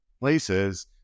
places